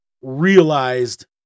realized